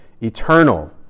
eternal